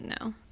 no